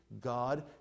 God